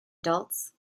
adults